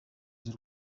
z’u